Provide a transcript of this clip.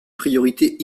priorités